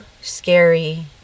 scary